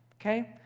okay